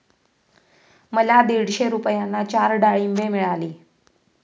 मला दीडशे रुपयांना चार डाळींबे मिळाली